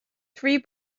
three